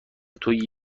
توسط